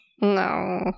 No